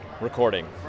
recording